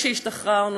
כשהשתחררנו.